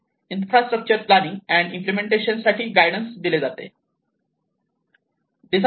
infrastructure planning and implementation साठी guidance दिले जाते